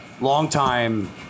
longtime